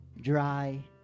dry